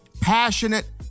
passionate